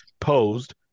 posed